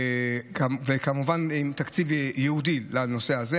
וכמובן עם תקציב ייעודי לנושא הזה.